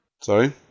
Sorry